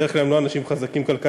בדרך כלל הם לא אנשים חזקים כלכלית,